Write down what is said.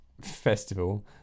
festival